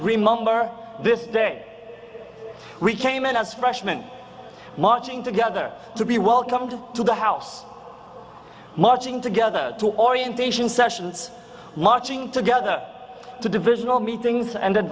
remember this day we came in as freshman marching together to be welcomed to the house marching together to orientation sessions marching together to divisional meetings and